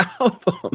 album